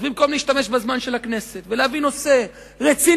אז במקום להשתמש בזמן של הכנסת ולהביא נושא רציני